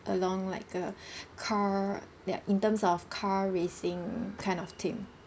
along like a car yup in terms of car racing kind of theme